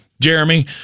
Jeremy